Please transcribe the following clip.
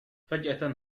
فجأة